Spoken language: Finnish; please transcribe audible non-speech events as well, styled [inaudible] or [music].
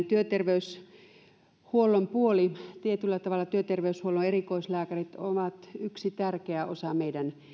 [unintelligible] työterveyshuollon puoli tietyllä tavalla työterveyshuollon erikoislääkärit ovat yksi tärkeä osa meidän